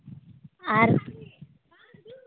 ᱟᱨ